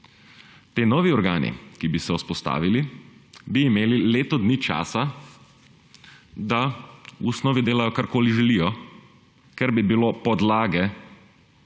Ti novi organi, ki bi se vzpostavili, bi imeli leto dni časa, da v osnovi delajo, karkoli želijo, ker bi bilo treba